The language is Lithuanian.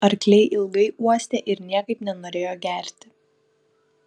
arkliai ilgai uostė ir niekaip nenorėjo gerti